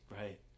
Right